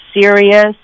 serious